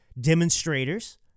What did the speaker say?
demonstrators